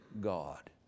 God